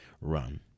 run